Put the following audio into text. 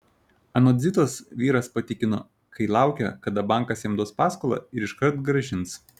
anot zitos vyras patikino kai laukia kada bankas jam duos paskolą ir iškart grąžins